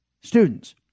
students